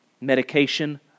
Medication